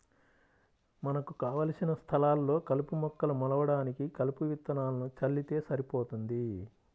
మనకు కావలసిన స్థలాల్లో కలుపు మొక్కలు మొలవడానికి కలుపు విత్తనాలను చల్లితే సరిపోతుంది